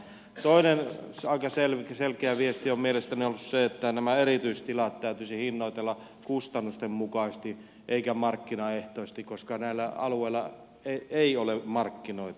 toinen aika selkeä viesti on mielestäni ollut se että nämä erityistilat täytyisi hinnoitella kustannusten mukaisesti eikä markkinaehtoisesti koska näillä alueilla ei ole markkinoita